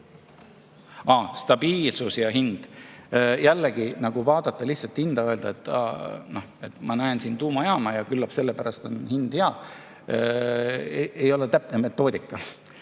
stabiilsus ja hind. Jällegi, vaadata lihtsalt hinda ja öelda, et ma näen siin tuumajaama ja küllap sellepärast on hind hea, ei ole täpne metoodika.